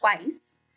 twice